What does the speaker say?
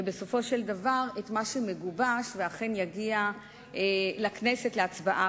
ובסופו של דבר את מה שמגובש ואכן יגיע לכנסת להצבעה.